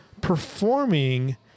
performing